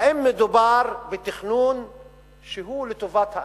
האם מדובר בתכנון שהוא לטובת האנשים?